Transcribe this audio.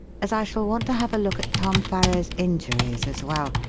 as i shall want to have a look at tom farrow's injuries as well,